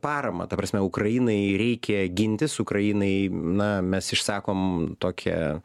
parama ta prasme ukrainai reikia gintis ukrainai na mes išsakom tokią